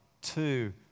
two